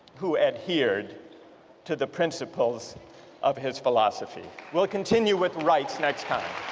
who adhered to the principles of his philosophy. we'll continue with rights next time.